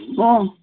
ହଁ